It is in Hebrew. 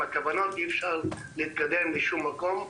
עם הכוונות אי אפשר להתקדם לשום מקום.